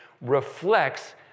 reflects